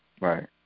Right